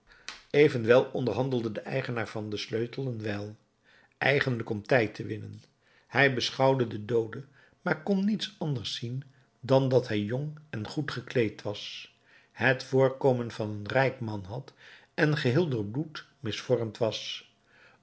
evenwel onderhandelde de eigenaar van den sleutel een wijl eeniglijk om tijd te winnen hij beschouwde den doode maar kon niets anders zien dan dat hij jong en goed gekleed was het voorkomen van een rijk man had en geheel door bloed misvormd was